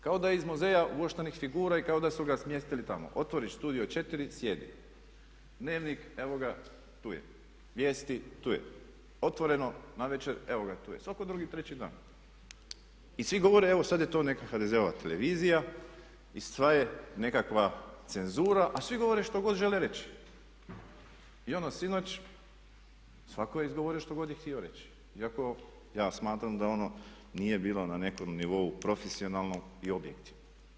Kao da je iz muzeja ulaštenih figura i kao da su ga smjestili tamo, otvoriš studio 4 sjedi, Dnevnik, evo ga tu je, Vijesti tu je, Otvoreno navečer evo ga tu je, svaki drugi, treći dan i svi govore evo sad je to neka HDZ-ova televizija i sva je nekakva cenzura a svi govore što god žele reći i ono sinoć svatko je izgovorio što god je htio reći iako ja smatram da ono nije bilo na nekom nivou profesionalno i objektivno.